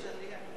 מה הבעיה?